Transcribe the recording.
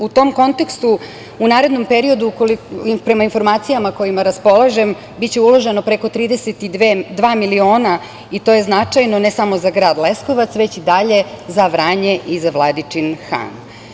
U tom kontekstu, u narednom periodu, prema informacijama kojima raspolažem, biće uloženo preko 32 miliona, i to je značajno ne samo za grad Leskovac, već dalje za Vranje i za Vladičin Han.